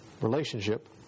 relationship